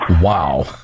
Wow